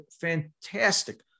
fantastic